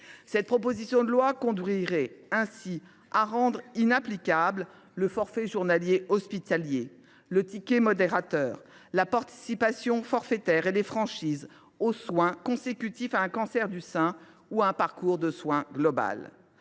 Son adoption en l’état conduirait ainsi à rendre inapplicables le forfait journalier hospitalier, le ticket modérateur, la participation forfaitaire et les franchises sur les soins consécutifs à un cancer du sein ou à un parcours de soins global.